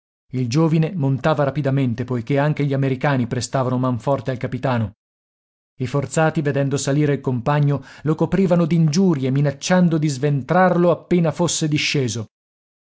il giovine montava rapidamente poiché anche gli americani prestavano man forte al capitano i forzati vedendo salire il compagno lo coprivano d'ingiurie minacciando di sventrarlo appena fosse disceso